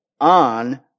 on